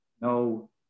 No